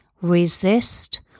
resist